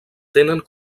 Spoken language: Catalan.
tenen